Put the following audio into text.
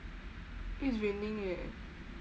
it's raining eh